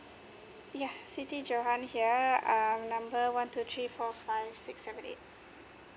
yeah siti johan here um number one two three four five six seven eight